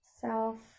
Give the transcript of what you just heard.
self